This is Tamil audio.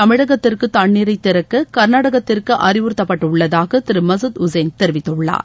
தமிழகத்திற்கு தண்ணீரை திறக்க கர்நாடகத்திற்கு அறிவுறுத்தப்பட்டுள்ளதாக திரு மசூத் உசேன் தெிவித்துள்ளார்